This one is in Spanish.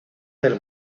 del